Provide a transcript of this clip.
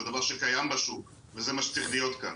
זה דבר שקיים בשוק וזה מה שצריך להיות כאן.